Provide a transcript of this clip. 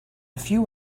few